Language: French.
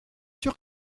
sûr